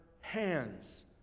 hands